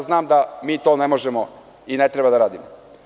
Znam da mi to ne možemo i ne treba da radimo.